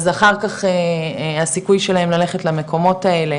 אחר כך הסיכוי שלהם ללכת למקומות האלה